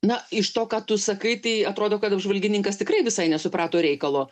na iš to ką tu sakai tai atrodo kad apžvalgininkas tikrai visai nesuprato reikalo